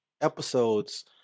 episodes